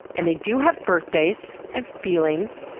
and they do have birthdays, and feelings,